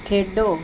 ਖੇਡੋ